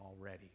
already